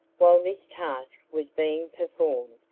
while this task was being performed,